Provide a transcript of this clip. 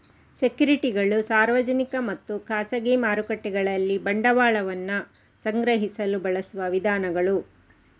ಸೆಕ್ಯುರಿಟಿಗಳು ಸಾರ್ವಜನಿಕ ಮತ್ತು ಖಾಸಗಿ ಮಾರುಕಟ್ಟೆಗಳಲ್ಲಿ ಬಂಡವಾಳವನ್ನ ಸಂಗ್ರಹಿಸಲು ಬಳಸುವ ವಿಧಾನಗಳು